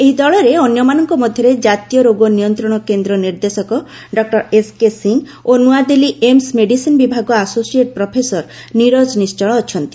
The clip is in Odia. ଏହି ଦଳରେ ଅନ୍ୟମାନଙ୍କ ମଧ୍ୟରେ ଜାତୀୟ ରୋଗ ନିୟନ୍ତ୍ରଣ କେନ୍ଦ୍ର ନିର୍ଦ୍ଦେଶକ ଡକ୍କର ଏସ୍କେ ସିଂ ଓ ନୃଆଦିଲ୍କୀ ଏମ୍ସ ମେଡିସିନ୍ ବିଭାଗ ଆସୋସିଏଟ ପ୍ରଫେସର ନିରଜ ନିଶ୍ଚଳ ଅଛନ୍ତି